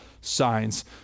signs